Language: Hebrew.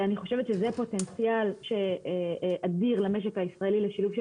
אני חושבת שזה פוטנציאל אדיר למשק הישראלי לשילוב של